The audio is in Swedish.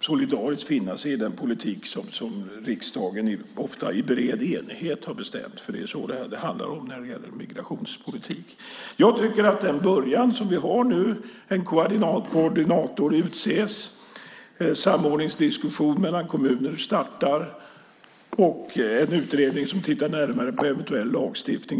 solidariskt finna sig i den politik som riksdagen, ofta i bred enighet, har bestämt. Det är vad det handlar om när det gäller migrationspolitik. Vi har en början. En koordinator har utsetts. Samordningsdiskussioner mellan kommuner startar. Och en utredning ska titta närmare på eventuell lagstiftning.